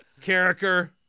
character